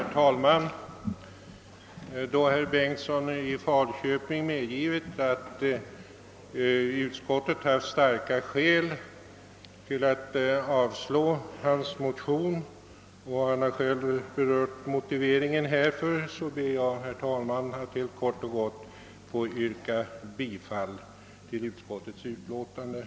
Herr talman! Då herr Börjesson i Falköping medgivit att utskottet haft starka skäl att avslå hans motion — han har själv berört motiveringen härför — ber jag, herr talman, att kort och gott få yrka bifall till utskottets hemställan.